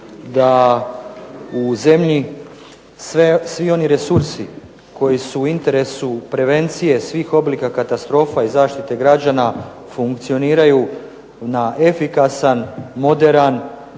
da u zemlji svi oni resursi koji su u interesu prevencije svih oblika katastrofa i zaštite građana funkcioniraju na efikasan, moderan